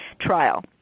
trial